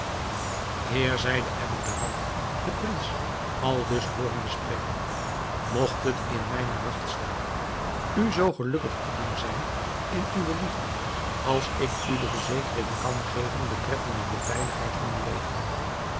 heer zeide ebn thahar den prins aldus hoorende spreken mogt het in mijne magt staan u zoo gelukkig te doen zijn in uwe liefde als ik u de verzekering kan geven betreffende de veiligheid van uw leven